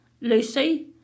Lucy